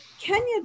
Kenya